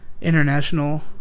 international